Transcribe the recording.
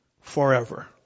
forever